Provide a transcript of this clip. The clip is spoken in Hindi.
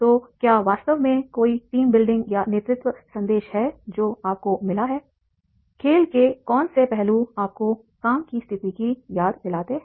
तो क्या वास्तव में कोई टीम बिल्डिंग या नेतृत्व संदेश है जो आपको मिला है खेल के कौन से पहलू आपको काम की स्थिति की याद दिलाते हैं